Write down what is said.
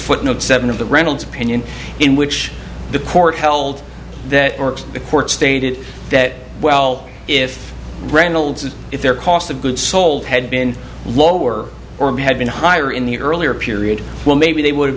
footnote seven of the reynolds opinion in which the court held that the court stated that well if reynolds if their cost of goods sold had been lower or had been higher in the earlier period well maybe they would